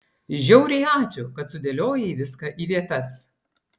žiauriai ačiū kad sudėliojai viską į vietas